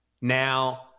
Now